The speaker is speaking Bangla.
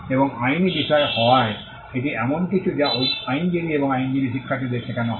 এবং আইনী বিষয় হওয়ায় এটি এমন কিছু যা আইনজীবি এবং আইনজীবি শিক্ষার্থীদের শেখানো হয়